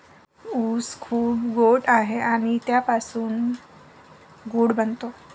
ऊस खूप गोड आहे आणि त्यापासून गूळ बनतो